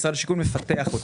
משרד השיכון מפתח אותה.